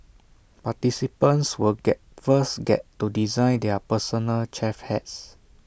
participants will get first get to design their personal chef hats